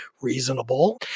reasonable